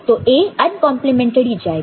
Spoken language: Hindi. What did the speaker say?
तो A अनकंपलीमेंटेड ही जाएगा